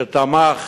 שתמך